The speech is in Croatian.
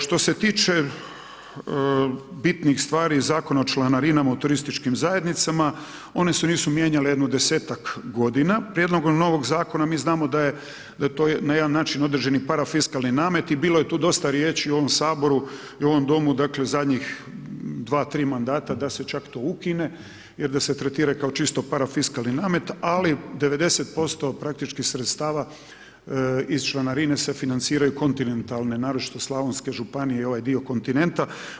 Što se tiče bitnih stvari i Zakona o članarina u turističkim zajednicama, one se nisu mijenjale jedno 10-tak g. prijedlogom novog zakona, mi znamo da je to na jedan način održani parafiskalni namet i bilo je tu dosta riječi u ovom Saboru i u ovom Domu, dakle, zadnjih 2-3 mandata da se čak to i ukine jer da se tretira kao čisto parafiskalni namet, ali 90% praktički sredstava iz članarine se financiraju kontinentalne naročito slavonske županije i ovaj di kontinenta.